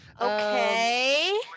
Okay